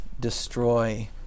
destroy